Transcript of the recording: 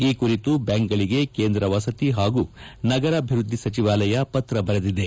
ಈ ಕುರಿತು ಬ್ಯಾಂಕ್ಗಳಿಗೆ ಕೇಂದ್ರ ವಸತಿ ಹಾಗೂ ನಗರಾಭಿವೃದ್ದಿ ಸಚಿವಾಲಯ ಪತ್ರ ಬರೆದಿದೆ